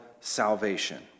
salvation